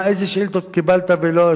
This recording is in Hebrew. איזה שאילתות שאלת ולא לא,